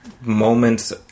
moments